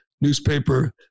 newspaper